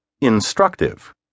Instructive